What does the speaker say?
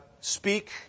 speak